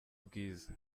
bwiza